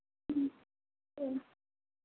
ओं औ